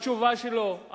בתשובה שלו.